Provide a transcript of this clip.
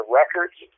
records